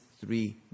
three